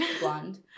blonde